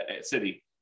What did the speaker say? city